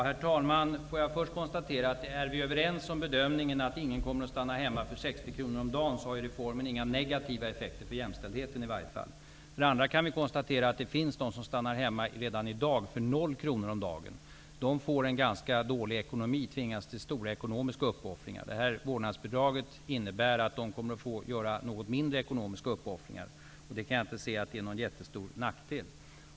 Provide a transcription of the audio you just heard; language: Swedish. Herr talman! För det första vill jag konstatera att om vi är överens om bedömningen att ingen kommer att stanna hemma för 60 kr om dagen, har reformen inga negativa effekter på jämställdheten i varje fall. För det andra kan vi konstatera att det redan i dag finns de som stannar hemma för 0 kr om dagen. De får ganska dålig ekonomi och tvingas till stora ekonomiska uppoffringar. Vårdnadsbidraget innebär att de här människorna kommer att få göra något mindre ekonomiska uppoffringar. Jag kan inte se att det är en jättestor nackdel.